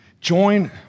Join